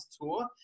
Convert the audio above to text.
tour